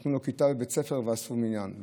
נתנו לו כיתה בבית ספר ועשו מניין.